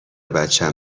بچم